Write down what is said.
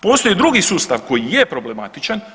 Postoji drugi sustav koji je problematičan.